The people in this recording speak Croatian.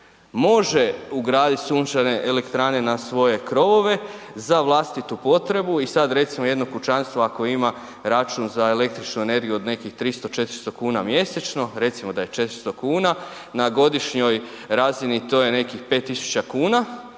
može ugraditi sunčane elektrane na svoje krovove za vlastitu potrebu i sad recimo jedno kućanstvo ako ima račun za električnu energiju od nekih 300, 400 kuna mjesečno, recimo da je 400 kuna na godišnjoj razini to je nekih 5.000 kuna